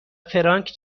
فرانک